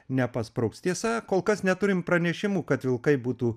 nepaspruks tiesa kol kas neturim pranešimų kad vilkai būtų